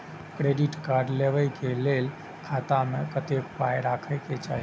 Credit card लेबै के लेल खाता मे कतेक पाय राखै के चाही?